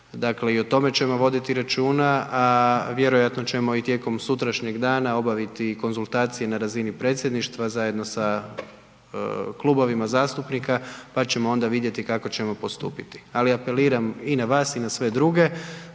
dakle i o tome ćemo voditi računa, a vjerojatno ćemo i tijekom sutrašnjeg dana obaviti konzultacije na razini predsjedništva zajedno sa klubovima zastupnika pa ćemo onda vidjeti kako ćemo postupiti. Ali, apeliram i na vas i na sve druge